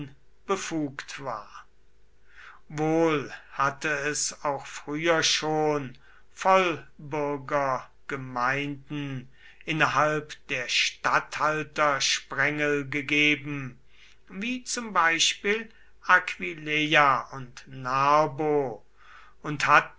befugt war wohl hatte es auch früher schon vollbürgergemeinden innerhalb der statthaltersprengel gegeben wie zum beispiel aquileia und narbo und hatten